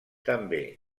també